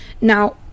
Now